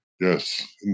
Yes